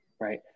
right